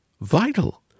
vital